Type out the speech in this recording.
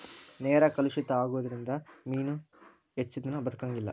ನೇರ ಕಲುಷಿತ ಆಗುದರಿಂದ ಮೇನು ಹೆಚ್ಚದಿನಾ ಬದಕಂಗಿಲ್ಲಾ